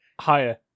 Higher